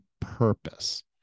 purpose